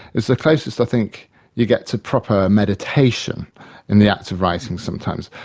it's the closest i think you get to proper meditation in the act of writing sometimes,